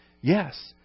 Yes